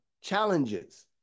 challenges